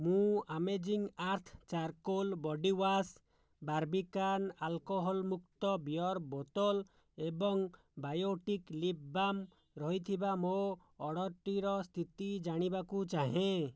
ମୁଁ amazing earth charcoal body wash Barbican alcohol ମୁକ୍ତ beer ବୋତଲ ଏବଂ ବାୟୋଟିକ୍ ଲିପବାମ୍ ରହିଥିବା ମୋ ଅର୍ଡ଼ରଟିର ସ୍ଥିତି ଜାଣିବାକୁ ଚାହେଁ